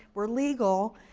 we're legal.